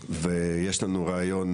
ויש לנו רעיון,